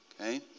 Okay